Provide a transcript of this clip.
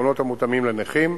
קרונות המותאמים לנכים,